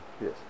Yes